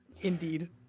Indeed